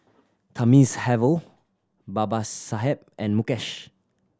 Thamizhavel Babasaheb and Mukesh